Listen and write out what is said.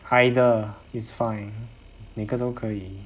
either is fine 哪一个都可以